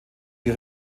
die